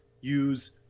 use